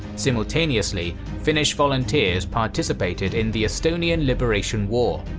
simultaneously, finnish volunteers participated in the estonian liberation war,